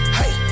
hey